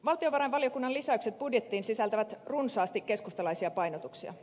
valtiovarainvaliokunnan lisäykset budjettiin sisältävät runsaasti keskustalaisia painotuksia